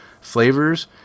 flavors